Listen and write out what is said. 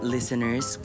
Listeners